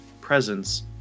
presence